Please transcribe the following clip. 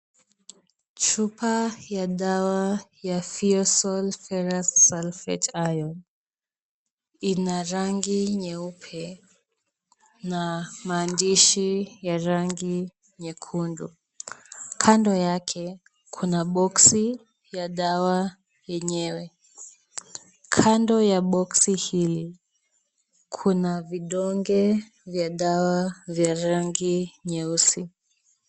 Chupa ya dawa ya Feosol ferous sulphate iron. Ina rangi nyeupe na maandishi ya rangi nyekundu. Kando yake kuna boksi ya dawa yenyewe, kando ya boksi hili kuna vidonge vya dawa vya rangi nyeusi.